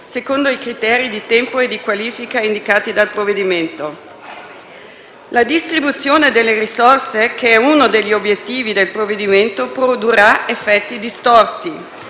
secondo i criteri di tempo e qualifica indicati dal provvedimento. La distribuzione delle risorse, che è uno degli obiettivi del provvedimento, produrrà effetti distorti.